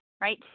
right